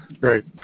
Great